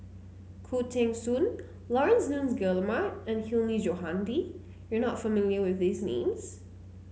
Khoo Teng Soon Laurence Nunns Guillemard and Hilmi Johandi you are not familiar with these names